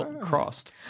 crossed